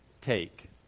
take